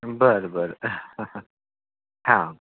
बरं बरं हा